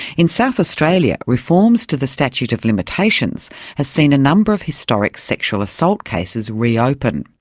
in south australia, reforms to the statute of limitations has seen a number of historic sexual assault cases reopened.